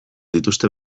dituzte